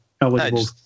eligible